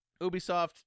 Ubisoft